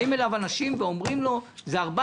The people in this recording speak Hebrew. באים אליו אנשים ואומרים לו: זה 14